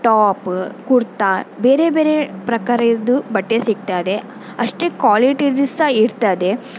top kurta ಬೇರೆ ಬೇರೆ ಪ್ರಕಾರದ್ದು ಬಟ್ಟೆ ಸಿಗ್ತದೆ ಅಷ್ಟೇ ಕ್ವಾಲಿಟಿದು ಸಹ ಇರ್ತದೆ